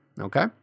Okay